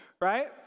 right